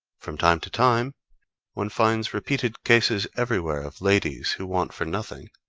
from time to time one finds repeated cases everywhere of ladies, who want for nothing,